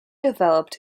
developed